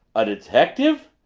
a detective?